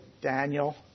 Daniel